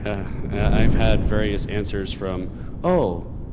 i've had various answers from oh.